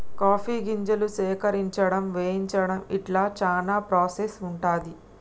coffee గింజలు సేకరించడం వేయించడం ఇట్లా చానా ప్రాసెస్ ఉంటది